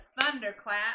thunderclap